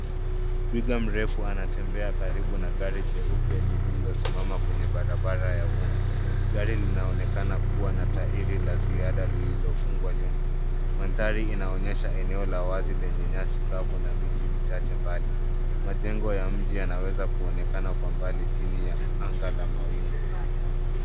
Twiga mrefu anatembea karibu na gari jeupe lililosimama kwenye barabara ya vumbi. Gari linaonekana kuwa na taili la ziada lililofungwa nyuma. Mandhari inaonyesha eneo la wazi lenye nyasi kavu na miti michache mbali. Majengo ya mji yanaweza kuonekana kwa mbali chini ya anga ya mawingu.